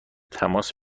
تماس